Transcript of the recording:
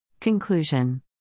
Conclusion